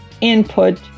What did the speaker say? input